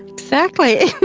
exactly.